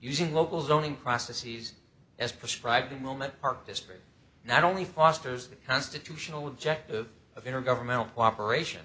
using local zoning processes as prescribed the moment park district not only fosters the constitutional objective of intergovernmental cooperation